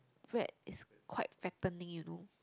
bread is quite fattening you know